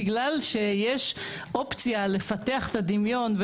בגלל שיש אופציה לפתח את הדמיון,